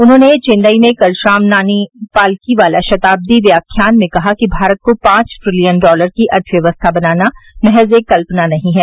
उन्होंने चेन्नई में कल शाम नानी पालकीवाला शताब्दी व्याख्यान में कहा कि भारत को पांच ट्रिलियन डॉलर की अर्थव्यवस्था बनाना महज एक कल्पना नहीं है